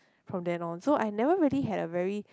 from then on so I never really had a very